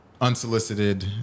unsolicited